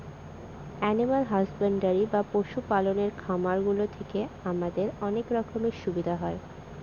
animal husbandry বা পশু পালনের খামার গুলো থেকে আমাদের অনেক রকমের সুবিধা হয়